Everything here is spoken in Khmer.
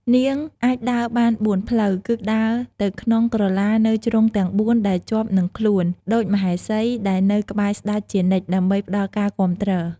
នាង អាចដើរបានបួនផ្លូវ គឺដើរទៅក្នុងក្រឡានៅជ្រុងទាំងបួនដែលជាប់នឹងខ្លួន ដូចមហេសីដែលនៅក្បែរស្តេចជានិច្ច ដើម្បីផ្តល់ការគាំទ្រ។